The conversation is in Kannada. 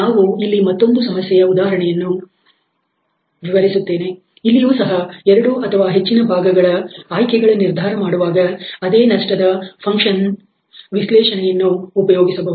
ನಾನು ಇಲ್ಲಿ ಮತ್ತೊಂದು ಸಮಸ್ಯೆಯ ಉದಾಹರಣೆಯನ್ನು ವಿವರಿಸುತ್ತೇನೆ ಇಲ್ಲಿಯೂ ಸಹ ಎರಡು ಅಥವಾ ಹೆಚ್ಚಿನ ಭಾಗಗಳ ಆಯ್ಕೆಗಳ ನಿರ್ಧಾರ ಮಾಡುವಾಗ ಅದೇ ನಷ್ಟದ ಫನ್ಕ್ಷನ್ ವಿಶ್ಲೇಷಣೆಯನ್ನು ಉಪಯೋಗಿಸಬಹುದು